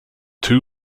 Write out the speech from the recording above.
two